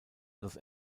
los